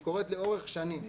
שהיא קורית לאורך שנים,